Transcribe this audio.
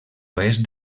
oest